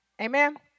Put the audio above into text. Amen